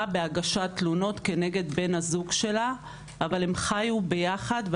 בהגשת תלונות כנגד בן הזוג שלה אבל הם חיו ביחד.